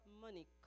money